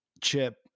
chip